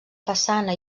façana